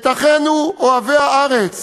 את אחינו אוהבי הארץ